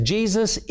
Jesus